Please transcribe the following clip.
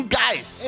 guys